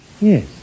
Yes